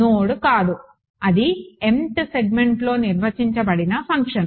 node కాదు అది mth సెగ్మెంట్లో నిర్వచించబడిన ఫంక్షన్